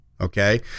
okay